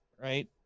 right